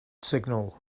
signal